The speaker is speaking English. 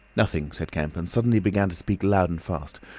nothing, said kemp, and suddenly began to speak loud and fast.